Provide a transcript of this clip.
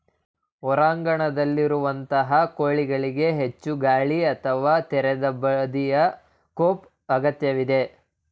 ಹೊರಾಂಗಣದಲ್ಲಿರುವಂತಹ ಕೋಳಿಗಳಿಗೆ ಹೆಚ್ಚು ಗಾಳಿ ಅಥವಾ ತೆರೆದ ಬದಿಯ ಕೋಪ್ ಅಗತ್ಯವಿದೆ